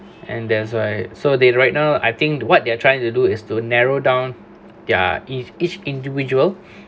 and that's right so they right now I think what they're trying to do is to narrow down their each each individual